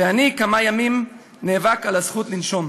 אני כמה ימים נאבקתי על זכות לנשום.